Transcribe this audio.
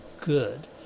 good